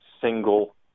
single